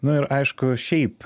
nu ir aišku šiaip